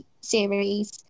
series